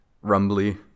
rumbly